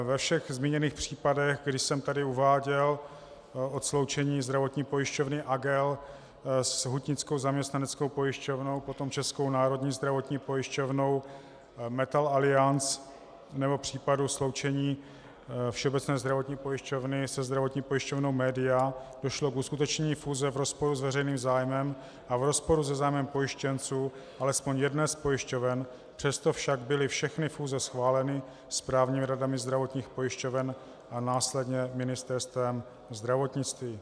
Ve všech zmíněných případech, které jsem tady uváděl od sloučení zdravotní pojišťovny Agel s Hutnickou zaměstnaneckou pojišťovnou, potom Českou národní zdravotní pojišťovnou, MetalAliance nebo případu sloučení Všeobecné zdravotní pojišťovny se zdravotní pojišťovnou MÉDIA, došlo k uskutečnění fúze v rozporu s veřejným zájmem a v rozporu se zájmem pojištěnců alespoň jedné z pojišťoven, přesto však byly všechny fúze schváleny správními radami zdravotních pojišťoven a následně Ministerstvem zdravotnictví.